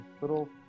little